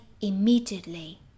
immediately